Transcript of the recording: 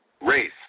Race